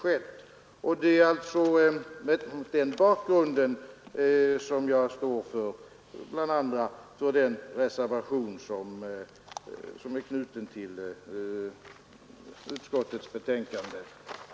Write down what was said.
Det är mot den bakgrunden som jag bland andra står för den reservation som är knuten till utskottets betänkande.